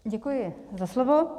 Děkuji za slovo.